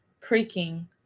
creaking